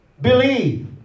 believe